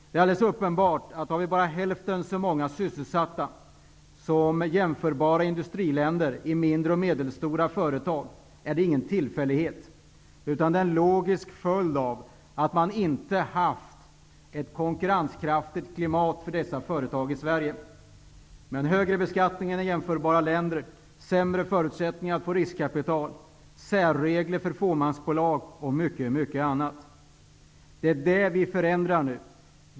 Det är alldeles uppenbart att det inte är någon tillfällighet att vi har hälften så många sysselsatta i mindre och medelstora företag som i jämförbara industriländer. Det är en logisk följd av att man i Sverige inte haft en konkurrenskraftigt klimat för dessa företag, med högre beskattning än i jämförbara länder, sämre förutsättningar att få riskkapital, särregler för fåmansbolag och mycket annat. Det är detta vi nu förändrar.